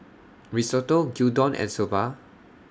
Risotto Gyudon and Soba